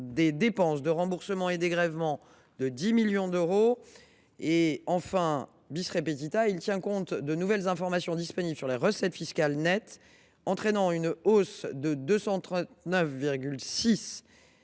des dépenses de remboursements et dégrèvements de 10 millions d’euros. Cet amendement vise également à tenir compte de nouvelles informations disponibles sur les recettes fiscales nettes, entraînant une hausse de 239,6